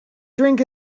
drink